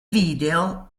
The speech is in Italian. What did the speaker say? video